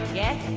yes